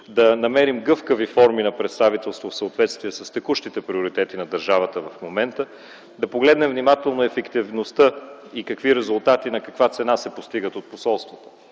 да намерим гъвкави форми на представителство в съответствие с текущите приоритети на държавата в момента, да погледнем внимателно ефективността и какви резултати на каква цена се постигат от посолствата.